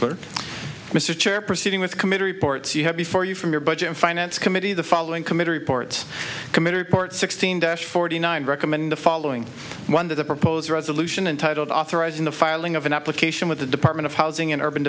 declared mr chair proceeding with committee reports you have before you from your budget finance committee the following committee report committee report sixteen dash forty nine recommend the following one to the proposed resolution and titled authorizing the filing of an application with the department of housing and urban